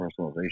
personalization